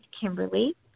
Kimberly